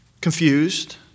confused